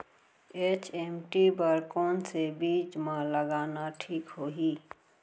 HMT बर कौन से बीज मा लगाना ठीक होही?